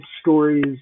stories